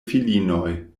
filinoj